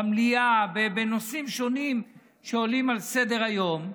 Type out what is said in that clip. במליאה בנושאים שונים שעולים על סדר-היום,